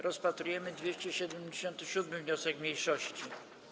Rozpatrujemy 277. wniosek mniejszości.